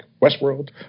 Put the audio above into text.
Westworld